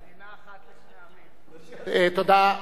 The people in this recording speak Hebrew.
תודה.